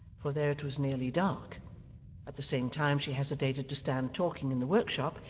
for there it was nearly dark at the same time she hesitated to stand talking in the workshop,